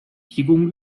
提供